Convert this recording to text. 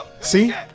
See